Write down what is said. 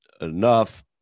enough